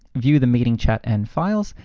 view the meeting chat and files,